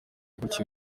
gutya